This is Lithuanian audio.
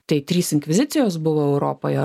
tai trys inkvizicijos buvo europoje